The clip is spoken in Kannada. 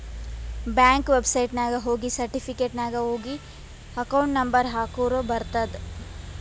ಬ್ಯಾಂಕ್ ವೆಬ್ಸೈಟ್ನಾಗ ಹೋಗಿ ಸರ್ಟಿಫಿಕೇಟ್ ನಾಗ್ ಹೋಗಿ ಅಕೌಂಟ್ ನಂಬರ್ ಹಾಕುರ ಬರ್ತುದ್